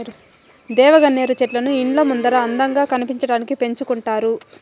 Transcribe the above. దేవగన్నేరు చెట్లను ఇండ్ల ముందర అందంగా కనిపించడానికి పెంచుకుంటారు